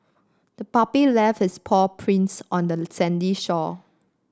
the puppy left its paw prints on the sandy shore